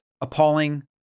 appalling